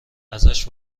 ازش